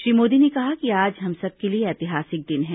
श्री मोर्दी ने कहा कि आज हम सबके लिए ऐतिहासिक दिन है